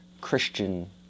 Christian